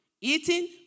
eating